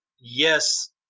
Yes